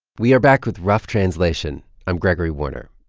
we are back with rough translation. i'm gregory warner.